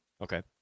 Okay